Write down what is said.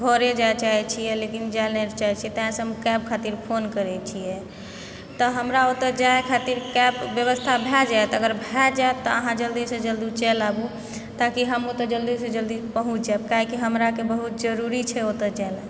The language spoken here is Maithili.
घरे जाय चाहे छिए लेकिन जाय नहि होइ छै तैं खातिर सँ हम कैब खातिर फोन करय छिए तऽ हमरा ओतय जाय खातिर कैब व्यवस्था भए जायत अगर भए जायत तऽ अहाँ जल्दी सँ जल्दी चलि आबू ताकि हम ओतय जल्दी सँ जल्दी पहुँच जायब काहे कि हमराके बहुत जरूरी छै ओतय जाय लअ